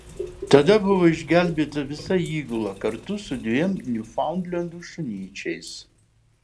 tada buvo išgelbėta visa įgula kartu su dviem niufaundlendų šunyčiais